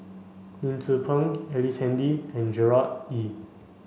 Lim Tze Peng Ellice Handy and Gerard Ee